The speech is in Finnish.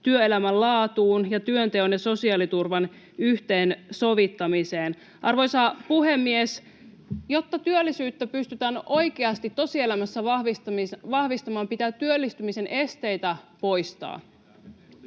työelämän laatuun ja työnteon ja sosiaaliturvan yhteensovittamiseen. Arvoisa puhemies! Jotta työllisyyttä pystytään oikeasti tosielämässä vahvistamaan, pitää työllistymisen esteitä poistaa.